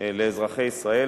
לאזרחי ישראל,